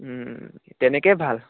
তেনেকৈয়ে ভাল